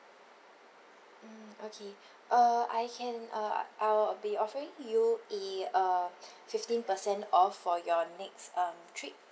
mm okay uh I can ah I will be offering you a uh fifteen percent off for your next um trip